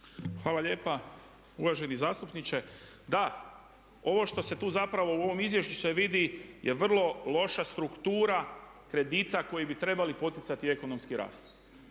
Hvala lijepa uvaženi zastupniče. Da, ovo što se tu zapravo, u ovom izvješću se vidi je vrlo loša struktura kredita koji bi trebali poticati ekonomski rast.